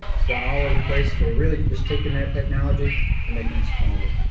it's done all over the place, so we're really just taking that technology and making it smaller.